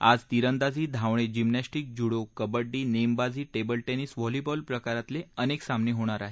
आज तिरदाजी धावणे जिम्नॅस्टिक्स जुडो कबङ्डी नेमबाजी टेबलटेनिस व्हॉलीबॉल प्रकारातले अनेक सामने होणार आहेत